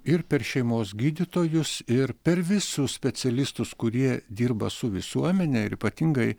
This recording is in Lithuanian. ir per šeimos gydytojus ir per visus specialistus kurie dirba su visuomene ir ypatingai